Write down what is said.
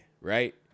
right